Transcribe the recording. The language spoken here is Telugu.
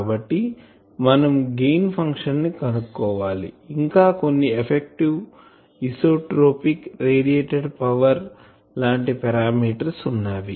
కాబట్టి మనం గెయిన్ ఫంక్షన్ని కనుక్కోవాలి ఇంకా కొన్ని ఎఫెక్టివ్ ఐసోట్రోపిక్ రేడియేటెడ్ పవర్ లాంటి పారామీటర్స్ వున్నాయి